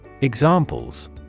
Examples